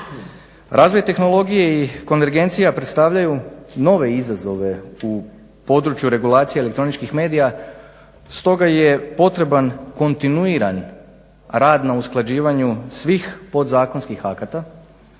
Razvoj tehnologije i konvergencija predstavljaju nove izazove u području regulacije elektroničkih medija. Stoga je potreban kontinuiran rad na usklađivanju svih podzakonskih akata